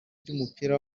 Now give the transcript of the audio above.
ry’umupira